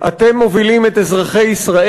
עמיתי חברי הכנסת, רבותי השרים,